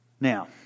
Now